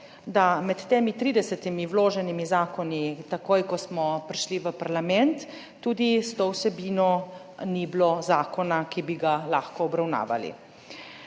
da med temi 30 vloženimi zakoni, takoj, ko smo prišli v parlament, tudi s to vsebino, ni bilo zakona, ki bi ga lahko obravnavali.